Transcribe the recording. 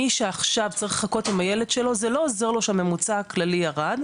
מי שעכשיו צריך לחכות עם הילד שלו זה לא עוזר לו שהממוצע כללי ירד,